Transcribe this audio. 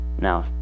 Now